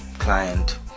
client